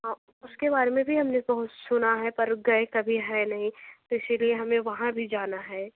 हाँ उसके बारे में भी हमने बहुत सुना है पर गए कभी है नहीं त इसीलिए हमें वहाँ भी जाना है